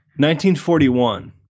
1941